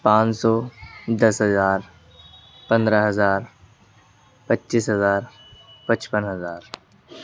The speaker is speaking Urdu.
پانچ سو دس ہزار پندرہ ہزار پچیس ہزار پچپن ہزار